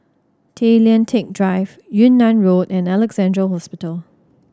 Tay Lian Teck Drive Yunnan Road and Alexandra Hospital